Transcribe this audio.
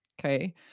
Okay